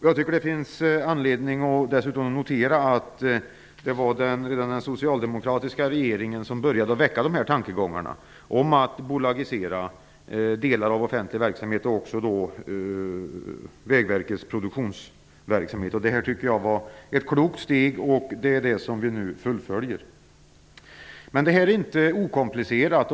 Jag tycker att det finns anledning att notera att det var den socialdemokratiska regeringen som väckte dessa tankegångar om att bolagisera delar av den offentliga verksamheten och då även Vägverkets produktionsverksamhet. Jag tycker att det var ett klokt steg, och det är det vi fullföljer. Men detta är inte okomplicerat.